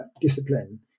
discipline